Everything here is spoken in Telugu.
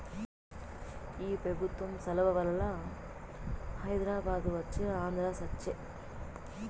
ఈ పెబుత్వం సలవవల్ల హైదరాబాదు వచ్చే ఆంధ్ర సచ్చె